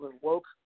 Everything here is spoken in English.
woke